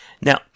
Now